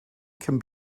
can